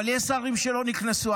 אבל יש שרים שלא נכנסו.